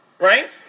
Right